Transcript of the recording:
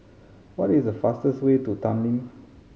what is the fastest way to Tallinn